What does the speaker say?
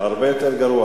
הרבה יותר גרוע.